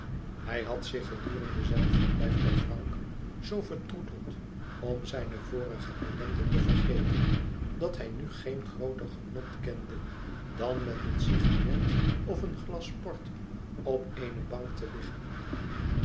hij had zich gedurende zijn verblijf bij frank zoo vertroeteld om zijne vorige ellende te vergeten dat hij nu geen grooter genot kende dan met een cigarette of een glas port op eene bank te liggen